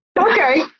Okay